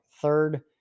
third